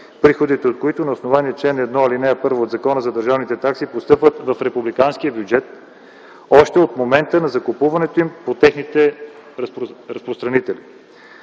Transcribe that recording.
приходите от които на основание чл. 1, ал. 1 от Закона за държавните такси постъпват в републиканския бюджет още от момента на закупуването им от техните разпространители.